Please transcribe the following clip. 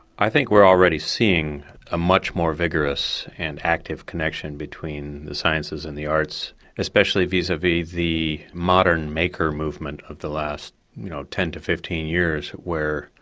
i think we're already seeing a much more vigorous and active connection between the sciences and the arts, especially vis-a-vis the modern maker movement of the last you know ten to fifteen years where,